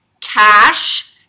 cash